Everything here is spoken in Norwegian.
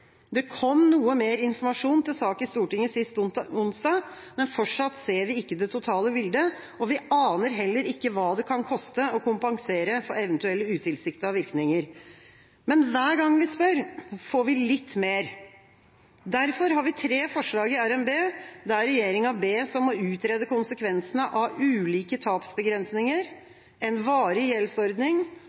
Det kom noe mer informasjon til sak i Stortinget sist onsdag, men fortsatt ser vi ikke det totale bildet, og vi aner heller ikke hva det kan koste å kompensere for eventuelle utilsiktede virkninger. Men hver gang vi spør, får vi litt mer. Derfor har vi tre forslag i RNB der regjeringa bes om å utrede konsekvensene av ulike tapsbegrensninger, en varig gjeldsordning